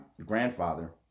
grandfather